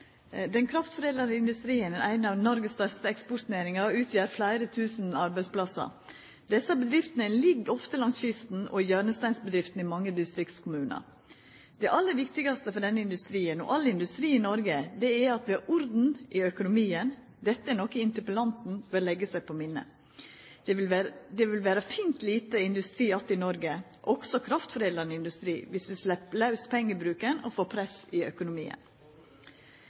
Den kraftforedlande industrien er ei av Noregs største eksportnæringar og utgjer fleire tusen arbeidsplassar. Desse bedriftene ligg ofte langs kysten og er hjørnesteinsbedrifter i mange distriktskommunar. Det aller viktigaste for denne industrien og all industri i Noreg er at vi har orden i økonomien – dette er noko interpellanten bør leggja seg på minne. Det ville vera fint lite industri att i Noreg, også kraftforedlande industri, viss vi slepper laus pengebruken og får press i økonomien.